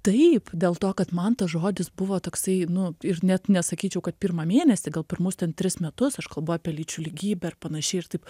taip dėl to kad man tas žodis buvo toksai nu ir net nesakyčiau kad pirmą mėnesį gal pirmus ten tris metus aš kalbu apie lyčių lygybę ir panašiai ir taip